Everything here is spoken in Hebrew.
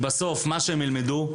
בסוף מה שהם ילמדו,